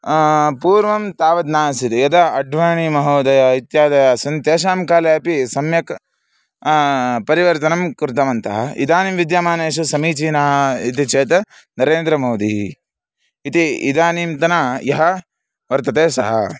पूर्वं तावत् नासीत् यदा अढ्वाणीमहोदयः इत्यादयः सन्ति तेषां काले अपि सम्यक् परिवर्तनं कृतवन्तः इदानीं विद्यमानेषु समीचीनाः इति चेत् नरेन्द्रमोदिः इति इदानीन्तन यः वर्तते सः